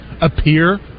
appear